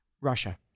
Russia